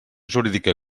jurídica